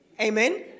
Amen